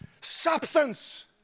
Substance